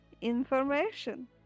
Information